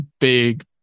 big